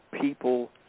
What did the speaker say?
people